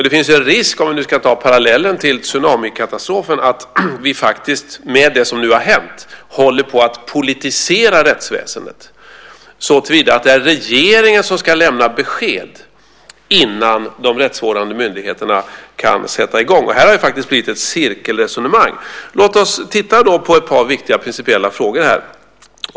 Det finns en risk, om vi nu ska ta parallellen till tsunamikatastrofen, att vi med det som nu har hänt håller på att politisera rättsväsendet såtillvida att det är regeringen som ska lämna ett besked innan de rättsvårdande myndigheterna kan sätta i gång. Här har det blivit ett cirkelresonemang. Låt oss titta på ett par viktiga principiella frågor här.